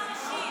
אמרת שהשר משיב.